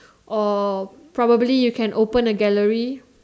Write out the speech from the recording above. or probably you can open a gallery